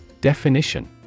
Definition